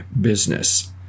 business